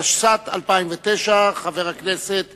התשס"ט 2009. חבר הכנסת